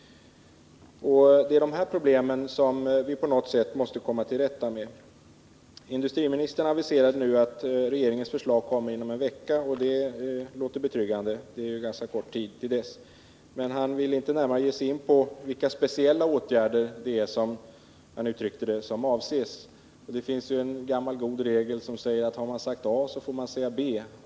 Det är dessa problem som vi på något sätt måste komma till rätta med. Industriministern aviserade nu att regeringens förslag kommer inom en vecka, och det låter betryggande. Det är ju ganska kort tid till dess. Men han ville inte närmare ge sig in på vilka speciella åtgärder — som han uttryckte det —som avses. Det finns dock en gammal god regel som säger att har man sagt a får man säga b.